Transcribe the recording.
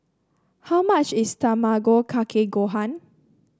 how much is Tamago Kake Gohan